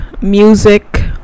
music